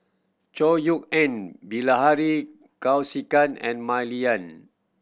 Chor Yeok Eng Bilahari Kausikan and Mah Lian